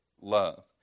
love